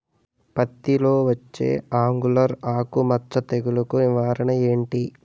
పత్తి లో వచ్చే ఆంగులర్ ఆకు మచ్చ తెగులు కు నివారణ ఎంటి?